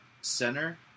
center